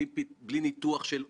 היה חשוב לי לדייק את זה,